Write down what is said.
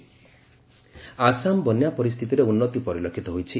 Assam flood Assam ବନ୍ୟା ପରିସ୍ଥିତିରେ ଉନ୍ନତି ପରିଲକ୍ଷିତ ହୋଇଛି